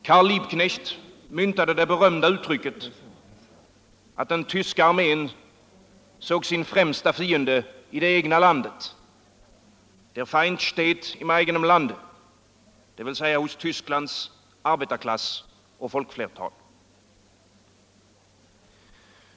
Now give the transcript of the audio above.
Karl Liebknecht myntade det berömda uttrycket att den tyska armén såg sin främsta fiende i det egna landet — der Feind steht im eigenen Lande — dvs. hos Tysklands arbetarklass och folkflertal.